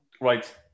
Right